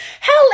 Hell